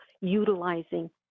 utilizing